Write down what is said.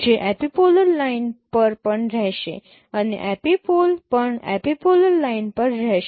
જે epipolar line પર પણ રહેશે અને એપિપોલ પણ એપિપોલર લાઈન પર રહેશે